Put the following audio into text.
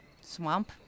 swamp